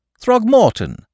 Throgmorton